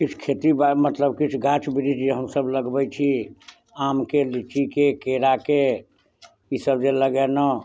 किछु खेतीबाड़ी मतलब किछु गाछ बृक्ष जे हमसब लगबै छी आमके लिच्चीके केराके ई सब जे लगेलहुॅं